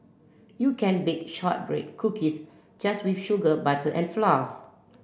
you can bake shortbread cookies just with sugar butter and flour